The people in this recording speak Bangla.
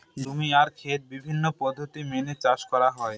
জমি আর খেত বিভিন্ন পদ্ধতি মেনে চাষ করা হয়